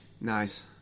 Nice